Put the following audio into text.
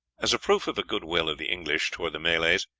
as a proof of the good will of the english towards the malays,